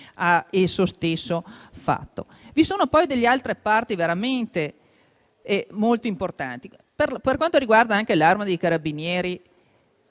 che egli stesso ha fatto. Vi sono poi delle altre previsioni veramente molto importanti per quanto riguarda anche l'Arma dei Carabinieri.